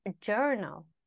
journal